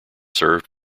served